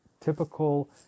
typical